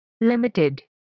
Limited